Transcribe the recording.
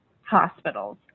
hospitals